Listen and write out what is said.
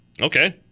Okay